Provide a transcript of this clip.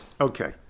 Okay